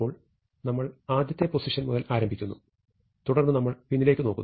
നമ്മൾ ആദ്യത്തെ പൊസിഷൻ മുതൽ ആരംഭിക്കുന്നു തുടർന്ന് നമ്മൾ പിന്നിലേക്ക് നോക്കുന്നു